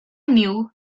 knew